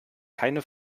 keine